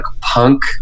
punk